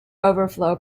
overflow